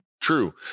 True